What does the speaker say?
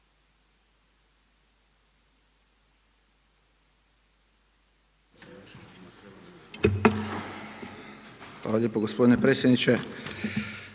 Hvala lijepo gospodine potpredsjedniče.